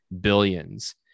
Billions